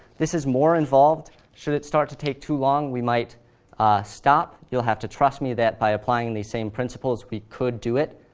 this is more involved should it start to take too long, we might stop. you'll have to trust me that by applying these same principles, we could do it